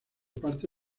parte